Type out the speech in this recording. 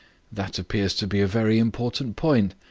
that appears to be a very important point.